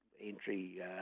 entry